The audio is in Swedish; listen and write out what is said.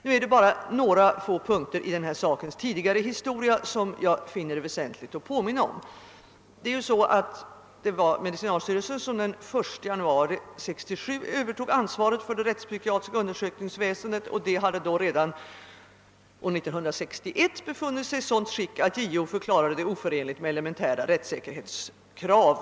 Det är bara några få punkter i detta ärendes tidigare historia som jag nu finner vara väsentligt att påminna om. Det var medicinalstyrelsen som den 1 januari 1967 övertog ansvaret för det rättspsykiatriska undersökningsväsendet, som redan 1961 befunnit sig i ett sådant skick, att JO förklarat det oförenligt med elementära rättssäkerhetskrav.